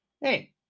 Hey